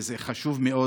וזה חשוב מאוד.